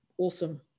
awesome